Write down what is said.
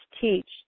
teach